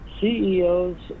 CEOs